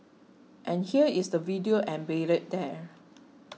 and here is the video embedded there